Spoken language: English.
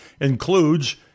includes